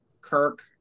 Kirk